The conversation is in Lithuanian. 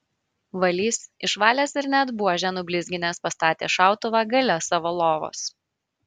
valys išvalęs ir net buožę nublizginęs pastatė šautuvą gale savo lovos